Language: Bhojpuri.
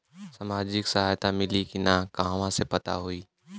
सामाजिक सहायता मिली कि ना कहवा से पता होयी?